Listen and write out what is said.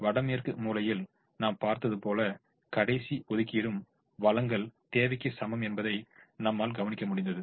வடமேற்கு மூலையில் நாம் பார்த்தது போல கடைசி ஒதுக்கீடும் வழங்கல் தேவைக்கு சமம் என்பதை நம்மால் கவனிக்க முடிந்தது